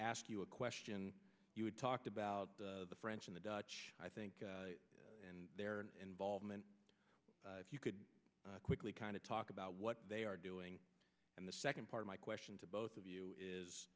ask you a question you talked about the french and the dutch i think and their involvement if you could quickly kind of talk about what they are doing and the second part of my question to both of you